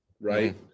right